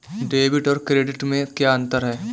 Debit और credit में क्या अंतर है?